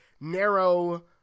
narrow